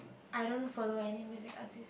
I don't follow any music artist